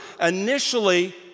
initially